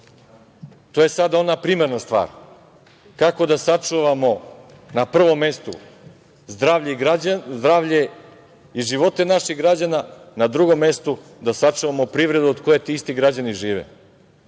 je sada primarna stvar, kako da sačuvamo na prvom mestu zdravlje i živote naših građana, a na drugom mestu da sačuvamo privredu od koje te isti građani žive.